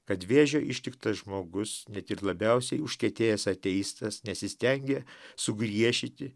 kad vėžio ištiktas žmogus net ir labiausiai užkietėjęs ateistas nesistengia sugriešyti